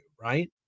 right